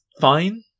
fine